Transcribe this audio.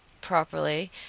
properly